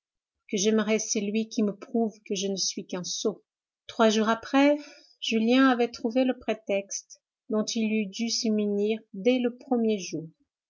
que j'aimerais celui qui me prouve que je ne suis qu'un sot trois jours après julien avait trouvé le prétexte dont il eût dû se munir dès le premier jour